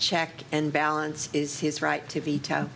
check and balance is his right to veto